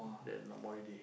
then no more already